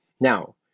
Now